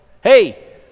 Hey